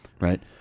right